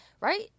right